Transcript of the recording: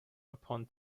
upon